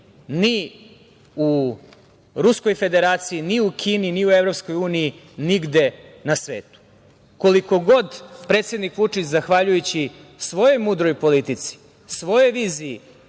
ni u Ruskoj Federaciji, ni u Kini, ni u EU, nigde na svetu. Koliko god predsednik Vučić, zahvaljujući svojoj mudroj politici, svojoj viziji